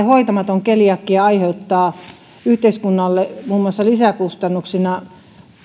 hoitamaton keliakia aiheuttaa yhteiskunnalle muun muassa lisäkustannuksina